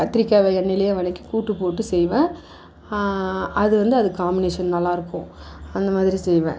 கத்திரிக்காயை எண்ணெயிலேயே வதக்கி கூட்டு போட்டு செய்வேன் அது வந்து அதுக்கு காம்பினேஷன் நல்லாயிருக்கும் அந்த மாதிரி செய்வேன்